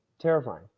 terrifying